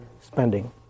spending